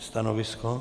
Stanovisko?